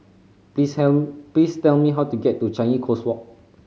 please tell me please tell me how to get to Changi Coast Walk